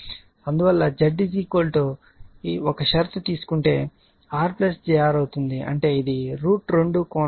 అందువల్ల Z ఒక షరతు తీసుకుంటే అది R jR అవుతుంది అంటే ఇది మనం √ 2 R కోణం 45 డిగ్రీ అవుతుంది